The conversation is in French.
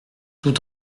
tout